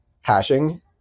hashing